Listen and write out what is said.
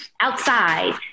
outside